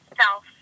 self